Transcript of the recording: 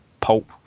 pulp